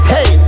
Hey